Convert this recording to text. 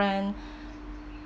friend